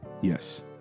Yes